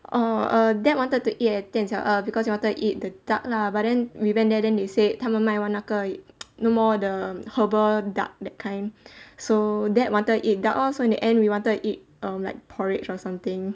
orh err dad wanted to eat at dian xiao er because he wanted it the duck lah but then we went there then they said 他们买完那个 no more the herbal duck that kind so dad wanted to eat duck lor so in the end we wanted it um like porridge or something